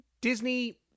Disney